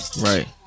Right